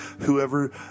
Whoever